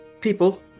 people